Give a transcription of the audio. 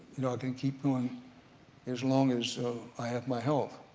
know can keep going as along as i have my health,